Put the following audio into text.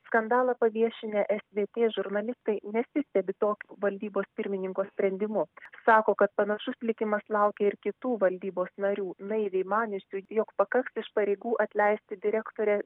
skandalą paviešinę svt žurnalistai nesistebi tokiu valdybos pirmininko sprendimu sako kad panašus likimas laukia ir kitų valdybos narių naiviai maniusių jog pakaks iš pareigų atleisti direktorę